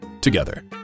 together